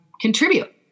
contribute